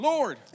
Lord